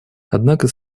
однако